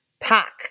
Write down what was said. pack